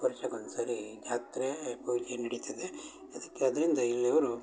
ವರ್ಷಕ್ಕೆ ಒಂದ್ಸಲ ಜಾತ್ರೇ ಪೂಜೆ ನಡೀತದೆ ಅದಕ್ಕೆ ಅದರಿಂದ ಇಲ್ಲಿಯವರು